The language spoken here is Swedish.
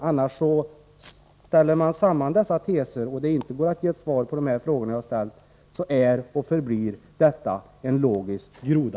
Om man ställer samman de här teserna och det inte går att få ett svar på de frågor jag ställt, så är och förblir detta en logisk groda.